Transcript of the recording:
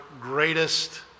greatest